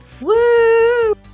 Woo